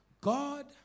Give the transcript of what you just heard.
God